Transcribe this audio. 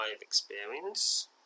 experience